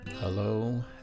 Hello